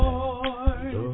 Lord